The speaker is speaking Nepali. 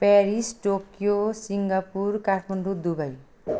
Paris Tokyo Singapore Kathmandu Dubai